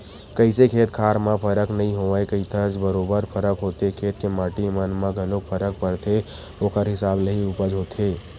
कइसे खेत खार म फरक नइ होवय कहिथस बरोबर फरक होथे खेत के माटी मन म घलोक फरक परथे ओखर हिसाब ले ही उपज होथे